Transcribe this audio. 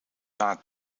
maat